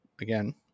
Again